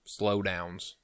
slowdowns